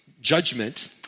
judgment